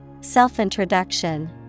Self-introduction